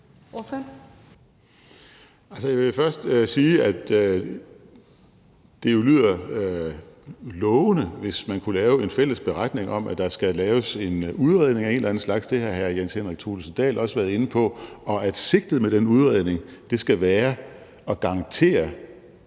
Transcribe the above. Jeg vil først sige, at det jo lyder lovende, hvis man kunne lave en fælles beretning om, at der skal laves en udredning af en eller anden slags, som hr. Jens Henrik Thulesen Dahl også har været inde på, og at sigtet med den udredning skal være at garantere